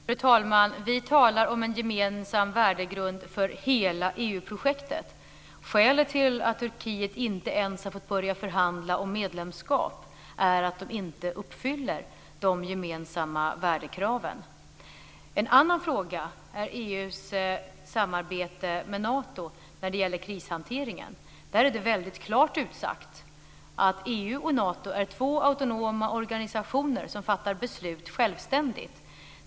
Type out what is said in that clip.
Fru talman! Vi talar om en gemensam värdegrund för hela EU-projektet. Skälet till att Turkiet inte ens har fått börja förhandla om medlemskap är att de inte uppfyller kravet på gemensamma värderingar. En annan fråga är EU:s samarbete med Nato när det gäller krishanteringen. Där är det väldigt klart utsagt att EU och Nato är två autonoma organisationer som fattar beslut självständigt.